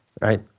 right